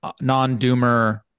non-doomer